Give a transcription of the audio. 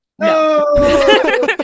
No